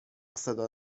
صدا